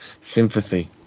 Sympathy